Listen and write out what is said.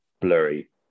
blurry